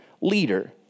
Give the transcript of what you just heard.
leader